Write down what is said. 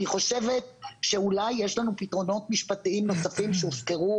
אני חושבת שאולי יש לנו פתרונות משפטיים נוספים שהוזכרו